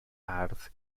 bardd